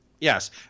Yes